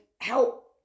help